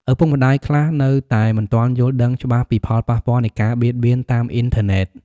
ឪពុកម្ដាយខ្លះនៅតែមិនទាន់យល់ដឹងច្បាស់ពីផលប៉ះពាល់នៃការបៀតបៀនតាមអ៊ីនធឺណិត។